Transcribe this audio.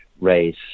race